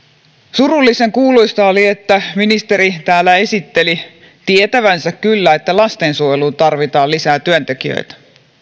surullisen kuuloista oli että ministeri täällä esitteli tietävänsä kyllä että lastensuojeluun tarvitaan lisää työntekijöitä